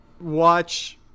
watch